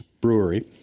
Brewery